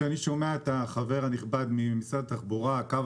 כשאני שומע את החבר הנכבד ממשרד התחבורה אומר שקו